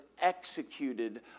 executed